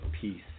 peace